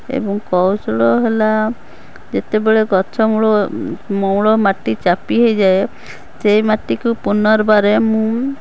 ଏବଂ କୌଶଳ ହେଲା ଯେତେବେଳେ ଗଛ ମୂଳ ମୂଳ ମାଟି ଚାପି ହେଇଯାଏ ସେଇ ମାଟିକୁ ପୁନର୍ବାର ମୁଁ